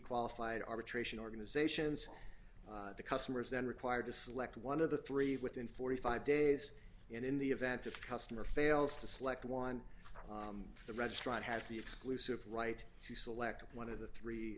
qualified arbitration organizations the customers then required to select one of the three within forty five days in the event of customer fails to select one of the registrar has the exclusive right to select one of the three